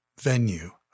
venue